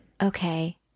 Okay